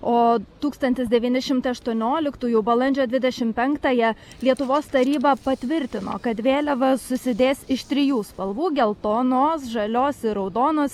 o tūkstantis devyni šimtai aštuonioliktųjų balandžio dvidešim penktąją lietuvos taryba patvirtino kad vėliava susidės iš trijų spalvų geltonos žalios ir raudonos